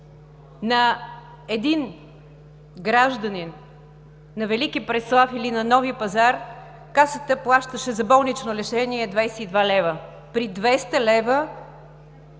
на един гражданин на Велики Преслав или на Нови пазар Касата плащаше за болнично лечение 22 лв., при 200 лв.